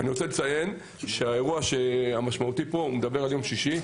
אני רוצה לציין שהאירוע המשמעותי פה מדבר על יום שישי,